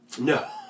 No